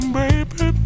baby